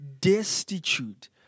destitute